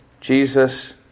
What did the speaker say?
Jesus